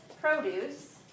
produce